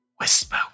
Whisper